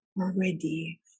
already